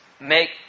make